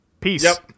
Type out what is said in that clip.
peace